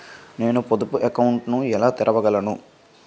నేను పొదుపు అకౌంట్ను ఎలా తెరవగలను?